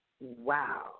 Wow